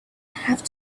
have